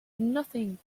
nothing